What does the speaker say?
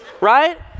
Right